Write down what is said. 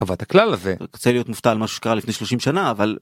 ואת הכלל הזה. אני רוצה להיות מופתע על משהו שקרה לפני 30 שנה, אבל...